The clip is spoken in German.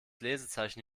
lesezeichen